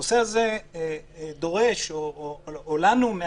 הנושא הזה מחייב אותנו, לנו מהשטח,